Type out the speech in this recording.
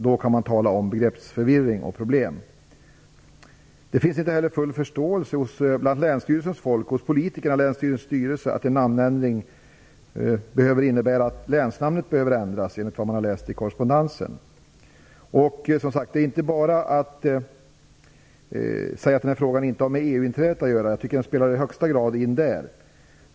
Då kan man tala om begreppsförvirring och problem. Det finns inte heller full förståelse hos Länsstyrelsens folk, politiker och Länsstyrelsens styrelse att en namnändring behöver innebära att länsnamnet behöver ändras, enligt vad man har läst i korrespondensen. Man kan inte bara säga att den här frågan inte har med EU-inträdet att göra. Jag tycker att det i högsta grad spelar in där.